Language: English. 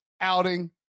outing